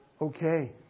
Okay